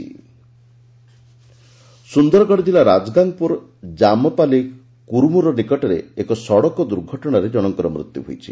ଦୁର୍ଘଟଣା ସୁନ୍ଦରଗଡ଼ ଜିଲ୍ଲା ରାଜଗାଙ୍ଗପୁର ଜାମପାଲି କୁରମୁର ନିକଟରେ ଏକ ସଡ଼କ ଦୁର୍ଘଟଶାରେ ଜଶଙ୍କର ମୃତ୍ୟୁ ହୋଇଛି